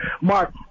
Mark